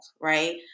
right